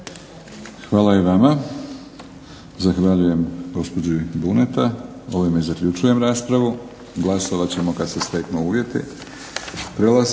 Hvala i vama. Zahvaljujem gospođi Buneta. Ovime zaključujem raspravu. Glasovat ćemo kad se steknu uvjeti.